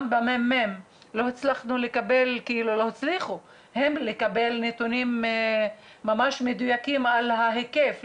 גם בממ"מ לא הצליחו לקבל נתונים מדויקים על ההיקף,